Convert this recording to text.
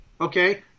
Okay